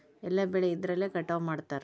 ಎಲ್ಲ ಬೆಳೆ ಎದ್ರಲೆ ಕಟಾವು ಮಾಡ್ತಾರ್?